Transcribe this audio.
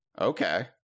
Okay